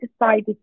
decided